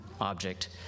object